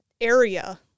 area